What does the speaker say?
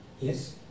Yes